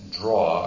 draw